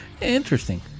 Interesting